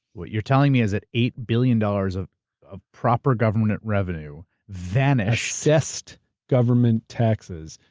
what you're telling me is that eight billion dollars of of proper government revenue vanished. assessed government taxes,